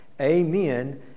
Amen